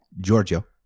Giorgio